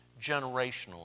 generationally